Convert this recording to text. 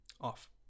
Off